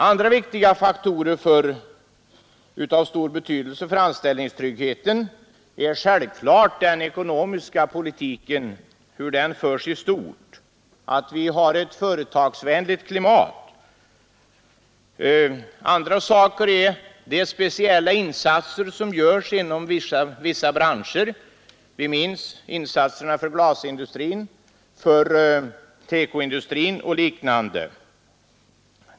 Andra faktorer av stor betydelse för anställningstryggheten är hur den ekonomiska politiken förs i stort och att vi har ett företagsvänligt klimat. Betydelsefulla är också de speciella insatser som görs inom vissa branscher. Vi minns insatserna för glasindustrin, för TEKO-industrin och liknande.